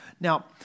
Now